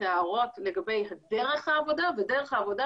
ההערות לגבי דרך העבודה ודרך העבודה,